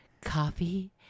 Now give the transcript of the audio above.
coffee